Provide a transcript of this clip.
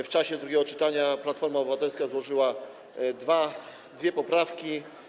W czasie drugiego czytania Platforma Obywatelska złożyła dwie poprawki.